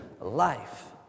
life